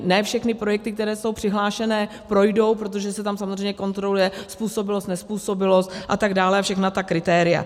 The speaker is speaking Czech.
Ne všechny projekty, které jsou přihlášené, projdou, protože se tam samozřejmě kontroluje způsobilost, nezpůsobilost a tak dále, a všechna ta kritéria.